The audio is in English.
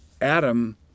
Adam